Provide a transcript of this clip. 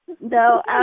No